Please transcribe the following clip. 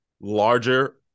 larger